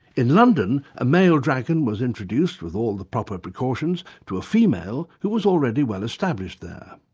in london a male dragon was introduced with all the proper precautions to a female who was already well established there.